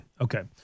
Okay